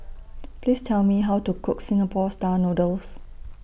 Please Tell Me How to Cook Singapore Style Noodles